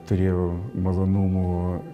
turėjau malonumų